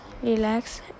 relax